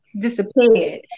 Disappeared